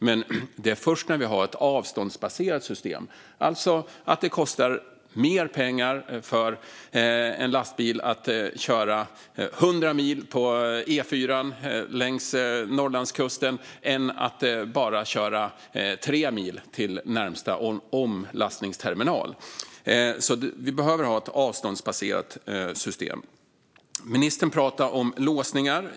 Men vi behöver ett avståndsbaserat system, alltså att det kostar mer pengar för en lastbil att köra 100 mil på E4:an längs Norrlandskusten än att köra bara 3 mil till närmaste omlastningsterminal. Ministern pratade om låsningar.